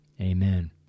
amen